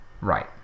right